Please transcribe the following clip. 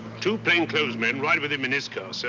two plain-clothes men ride with him in his car, sir.